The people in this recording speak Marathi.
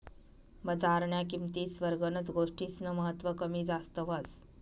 बजारन्या किंमतीस्वर गनच गोष्टीस्नं महत्व कमी जास्त व्हस